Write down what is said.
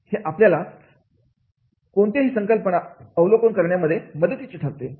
हे आपल्याला कोणतेही संकल्पना अवलोकन करण्यामध्ये मदतीचे ठरते